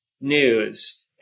news